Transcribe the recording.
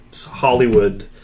Hollywood